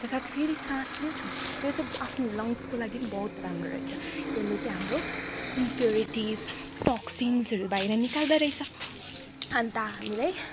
त्यसर्थ फेरि सास लियो छोड्यो त्यो चाहिँ आफ्नो लङ्गसको लागि बहुत राम्रो रहेछ त्यसले चाहिँ हाम्रो इम्प्युरिटिस टोक्सिन्सहरू बाहिर निकाल्दा रहेछ अन्त हामीलाई